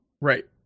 Right